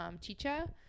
chicha